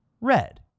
red